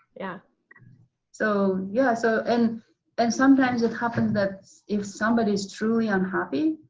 yeah so yeah so and and sometimes it happens that if somebody's truly unhappy,